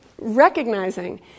recognizing